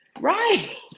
Right